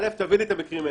א, תביאי לי את המקרים האלה.